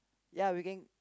ya we can